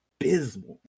abysmal